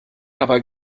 aber